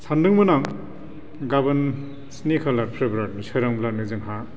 सान्दोंमोन आं गाबोन स्नि खालार फेब्रुआरीनि सोरांब्लानो जोंहा